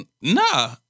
Nah